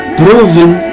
proven